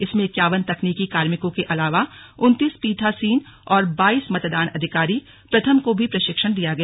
इसमें इक्यावन तकनीकी कार्मिकों के अलावा उनतीस पीठासीन और बाईस मतदान अधिकारी प्रथम को भी प्रशिक्षण दिया गया